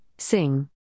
Sing